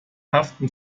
haften